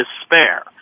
despair